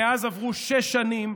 מאז עברו שש שנים.